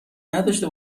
نداشته